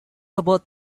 about